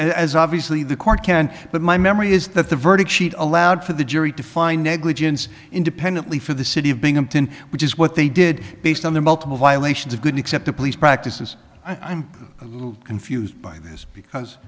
as obviously the court can but my memory is that the verdict sheet allowed for the jury to find negligence independently for the city of binghamton which is what they did based on the multiple violations of good except the police practices i'm a little confused by this because